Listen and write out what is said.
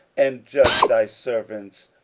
and judge thy servants,